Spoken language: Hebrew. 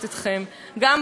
גם בנישואים,